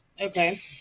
Okay